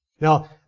Now